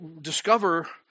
discover